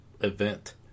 event